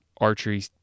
archery